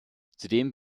zudem